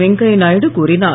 வெங்கையா நாயுடு கூறினார்